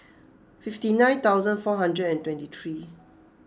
fifty nine thousand four hundred and twenty three